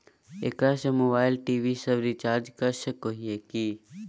एकरा से mobile TV सब रिचार्ज कर सको हियै की?